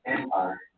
Empire